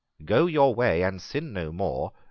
go your way and sin no more,